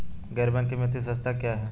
गैर बैंकिंग वित्तीय संस्था क्या है?